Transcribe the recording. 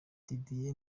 didier